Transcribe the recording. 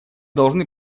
должны